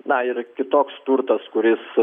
na ir kitoks turtas kuris